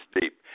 deep